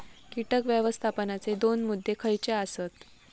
कीटक व्यवस्थापनाचे दोन मुद्दे खयचे आसत?